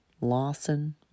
Lawson